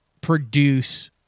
produce